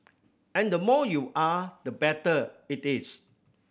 and the more you are the better it is